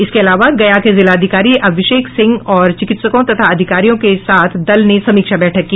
इसके अलावा गया के जिलाधिकारी अभिषेक सिंह और चिकित्सों तथा अधिकारियों के साथ दल ने समीक्षा बैठक की